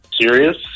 serious